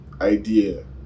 idea